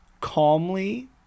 calmly